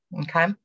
okay